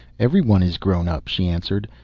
everyone is grown-up, she answered.